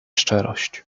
szczerość